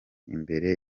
imbere